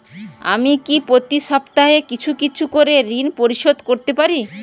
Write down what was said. আমি কি প্রতি সপ্তাহে কিছু কিছু করে ঋন পরিশোধ করতে পারি?